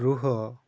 ରୁହ